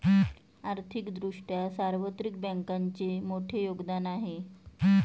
आर्थिक दृष्ट्या सार्वत्रिक बँकांचे मोठे योगदान आहे